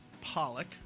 pollock